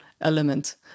element